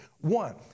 one